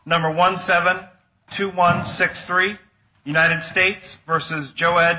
number one seven two one six three united states versus jo